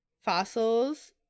fossils